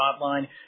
Hotline